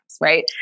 Right